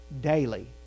daily